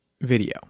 video